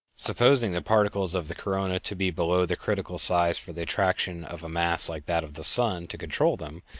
supposing the particles of the corona to be below the critical size for the attraction of a mass like that of the sun to control them,